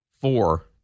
four –